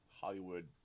Hollywood